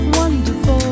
wonderful